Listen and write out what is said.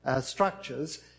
structures